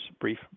brief